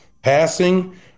Passing